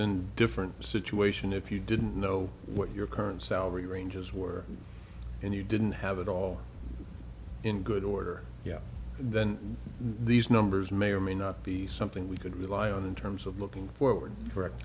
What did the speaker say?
in different situation if you didn't know what your current salary ranges were and you didn't have it all in good order then these numbers may or may not be something we could rely on in terms of looking forward for